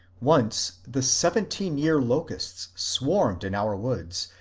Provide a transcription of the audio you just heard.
once the seventeen-year locusts swarmed in our woods,